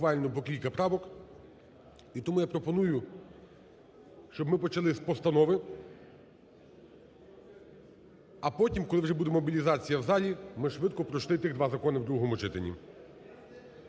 буквально по кілька правок. І тому я пропоную, щоб ми почали з постанови, а потім, коли вже буде мобілізація в залі, ми швидко пройшли тих два закони в другому читанні.